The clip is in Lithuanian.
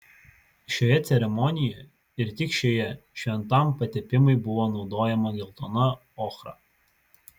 šioje ceremonijoje ir tik šioje šventam patepimui buvo naudojama geltona ochra